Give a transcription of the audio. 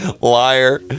liar